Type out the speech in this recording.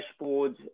dashboards